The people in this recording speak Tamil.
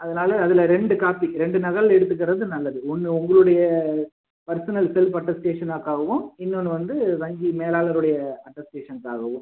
அதனால் அதில் ரெண்டு காப்பி ரெண்டு நகல் எடுத்துக்கிறது நல்லது ஒன்று உங்களுடைய பர்ஸ்னல் செல்ஃப் அட்டஸ்டேஷனுக்காகவும் இன்னோன்று வந்து வங்கி மேலாளருடைய அட்டஸ்டேஷன்க்காகவும்